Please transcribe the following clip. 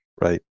Right